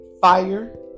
fire